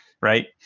Right